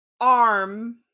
arm